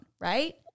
Right